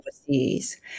overseas